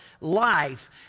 life